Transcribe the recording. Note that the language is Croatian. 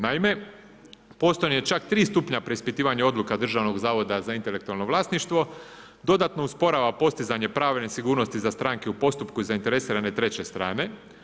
Naime, postojanje čak 3 stupnja preispitivanja odluka Državnog zavoda za intelektualno vlasništvo dodatno usporava postizanje pravne sigurnosti za stranke u postupku i zainteresirane treće strane.